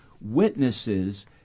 witnesses